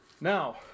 Now